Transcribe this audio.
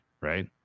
right